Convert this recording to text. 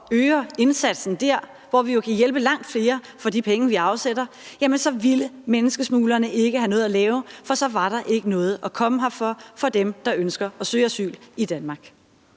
og øger indsatsen der, hvor vi jo kan hjælpe langt flere for de penge, vi afsætter, ville menneskesmuglerne ikke have noget at lave, for så var der ikke noget at komme her for for dem, der ønsker at søge asyl i Danmark.